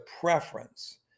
preference